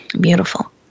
Beautiful